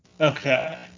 Okay